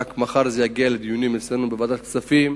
רק מחר זה יגיע לדיונים אצלנו בוועדת כספים.